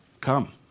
Come